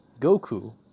Goku